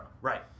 Right